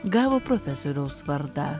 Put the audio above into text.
gavo profesoriaus vardą